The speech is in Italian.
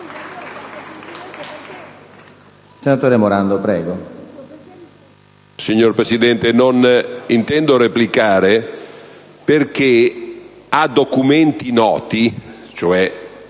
Signor Presidente, non intendo replicare, perché sui documenti noti